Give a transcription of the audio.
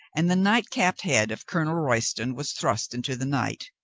and the night-capped head of colonel royston was thrust into the night.